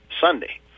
Sunday